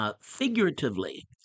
Figuratively